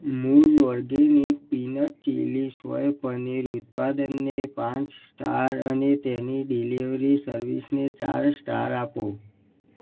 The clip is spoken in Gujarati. મૂઝ organic peanut chilli soy paneer ઉત્પાદનને પાંચ સ્ટાર અને તેની ડિલિવરી સર્વિસને ચાર સ્ટાર આપો